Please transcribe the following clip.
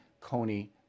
Coney